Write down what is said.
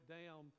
down